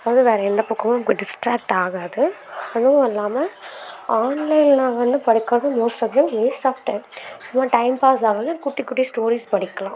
அதுவும் வேறு எந்த பக்கமும் நமக்கு டிஸ்ட்ராக்ட் ஆகாது அதுவும் அல்லாமல் ஆன்லைனில் வந்து படிக்கறது most of the waste of time சும்மா டைம் பாஸ் ஆவலைன்னா குட்டி குட்டி ஸ்டோரிஸ் படிக்கலாம்